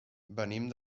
venim